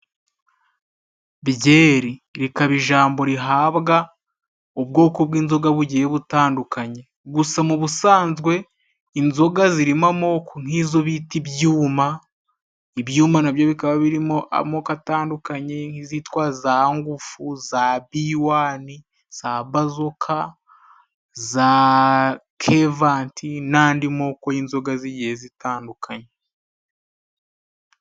Byeri, rikaba ijambo rihabwa ubwoko bw'inzoga bugiye butandukanye. Gusa mu busanzwe inzoga zirimo amoko nk'izo bita ibyuma. Ibyuma nabyo bikaba birimo amoko atandukanye nk'izitwa za ngufu, za biwani, za bazoka, za kevanti n'andi moko y'inzoga zigiye zitandukanye.